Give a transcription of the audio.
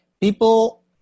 people